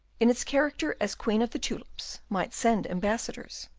in its character as queen of the tulips, might send ambassadors.